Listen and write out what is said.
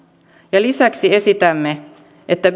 ja lisäksi esitämme että